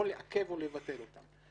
או לעכב או לבטל אותם.